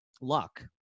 luck